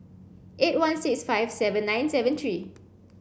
eight one six five seven nine seven three